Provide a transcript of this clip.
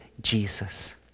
Jesus